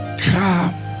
come